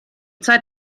zeit